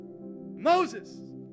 Moses